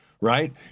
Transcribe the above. right